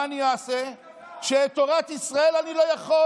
מי קבע?